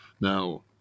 Now